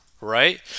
right